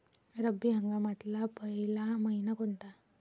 रब्बी हंगामातला पयला मइना कोनता?